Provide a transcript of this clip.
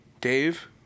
Dave